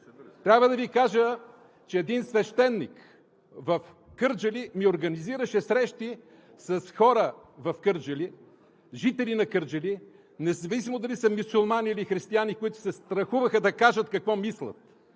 Трябва да Ви кажа, че един свещеник в Кърджали ми организираше срещи с хора в Кърджали, жители на Кърджали, независимо дали са мюсюлмани, или християни, които се страхуваха да кажат какво мислят,